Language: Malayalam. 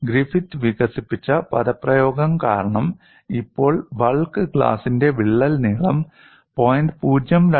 ഗ്രിഫിത്ത് വികസിപ്പിച്ച പദപ്രയോഗം കാരണം ഇപ്പോൾ ബൾക്ക് ഗ്ലാസിന്റെ വിള്ളൽ നീളം 0